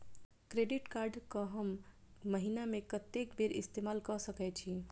Credit card कऽ हम महीना मे कत्तेक बेर इस्तेमाल कऽ सकय छी?